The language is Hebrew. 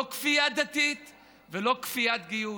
לא כפייה דתית ולא כפיית גיוס,